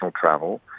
travel